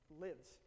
lives